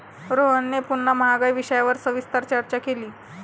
रोहनने पुन्हा महागाई विषयावर सविस्तर चर्चा केली